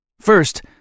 First